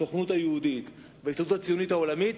הסוכנות היהודית וההסתדרות הציונית העולמית,